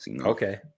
Okay